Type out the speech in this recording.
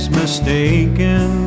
mistaken